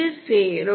இது சேரும்